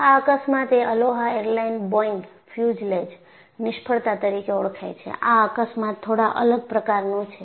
આ અકસ્માત એ અલોહા એરલાઇન્સ બોઇંગ ફ્યુઝલેજ નિષ્ફળતા તરીકે ઓળખાય છે આ અકસ્માત થોડા અલગ પ્રકારનો છે